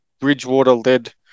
Bridgewater-led